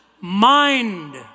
mind